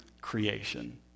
creation